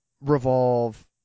revolve